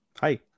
hi